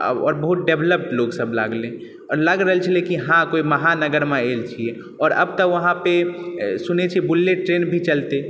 आओर बहुत डेवलप लोकसब लागलै लागि रहल छलै की हँ कोइ महानगर मे आयल छियै आओर अब तऽ वहाँपे सुनै छियै बुलेट ट्रैन भी चलतै